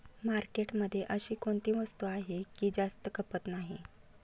मार्केटमध्ये अशी कोणती वस्तू आहे की जास्त खपत नाही?